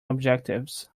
objectives